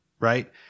Right